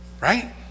Right